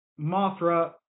Mothra